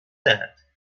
that